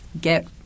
get